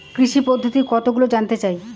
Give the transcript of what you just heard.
কৃষি পদ্ধতি কতগুলি জানতে চাই?